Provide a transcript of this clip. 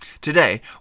Today